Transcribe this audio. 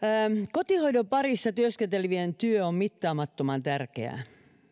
kotihoidon parissa työskentelevien työ on mittaamattoman tärkeää